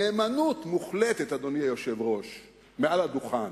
נאמנות מוחלטת מעל הדוכן,